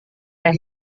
teh